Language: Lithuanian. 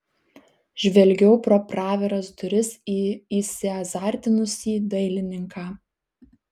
žvelgiau pro praviras duris į įsiazartinusį dailininką